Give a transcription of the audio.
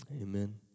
Amen